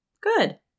Good